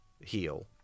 heal